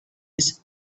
his